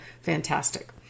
fantastic